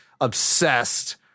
obsessed